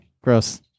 gross